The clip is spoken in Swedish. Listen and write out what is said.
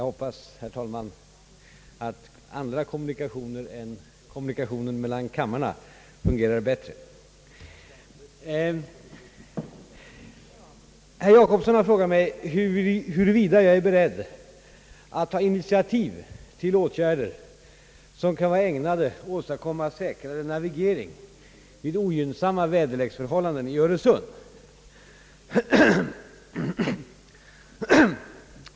Herr talman! Herr Jacobsson har frågat mig, huruvida jag är beredd att taga initiativ till åtgärder som kan vara ägnade åstadkomma säkrare navigering vid ogynnsamma väderleksförhållanden i Öresund.